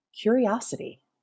curiosity